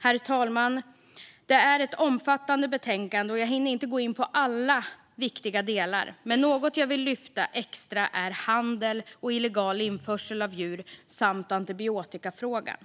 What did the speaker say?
Herr talman! Det här är ett omfattande betänkande, och jag hinner inte gå in på alla viktiga delar. Men något jag vill lyfta fram extra är handel och illegal införsel av djur samt antibiotikafrågan.